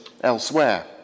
elsewhere